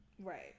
Right